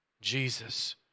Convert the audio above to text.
Jesus